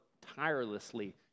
tirelessly